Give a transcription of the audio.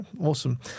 awesome